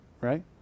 right